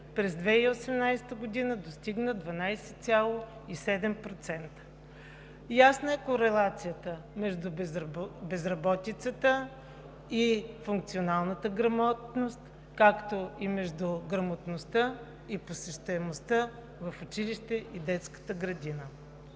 през 2018 г. достигна 12,7%. Ясна е корелацията между безработицата и функционалната грамотност, както и между грамотността и посещаемостта в училище и детската градина.